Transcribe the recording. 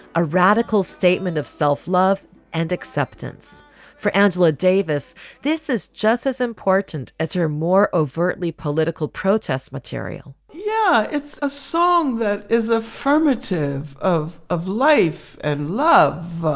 a radical statement of self love and acceptance for angela davis this is just as important as her more overtly political protest material yeah, it's a song that is affirmative of of life and love.